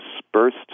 dispersed